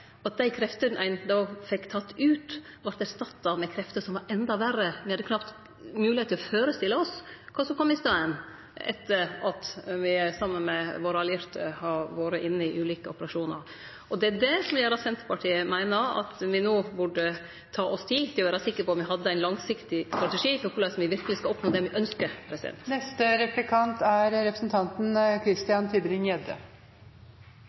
at dei kreftene ein då fekk teke ut, vart erstatta med krefter som var endå verre. Me hadde knapt moglegheit til å førestille oss kva som kom i staden, etter at me saman med våre allierte har vore inne i ulike operasjonar. Det er det som gjer at Senterpartiet meiner at me no burde ta oss tid til å vere sikre på at me har ein langsiktig strategi for korleis me verkeleg skal oppnå det me ønskjer. Jeg skal stille spørsmål om det samme som representanten